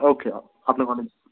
ওকে আপনাকে অনেক